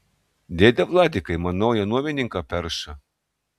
dėde vladikai man naują nuomininką perša